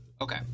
Okay